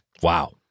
Wow